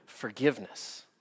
Forgiveness